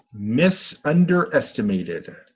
Misunderestimated